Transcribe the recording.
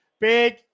Big